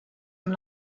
amb